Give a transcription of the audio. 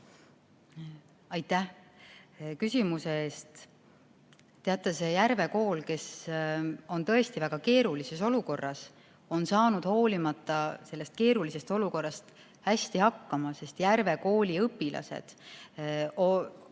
Aitäh küsimuse eest! Teate, see Järve kool, mis on tõesti väga keerulises olukorras, on saanud hoolimata sellest keerulisest olukorrast hästi hakkama, Järve kooli õpilased on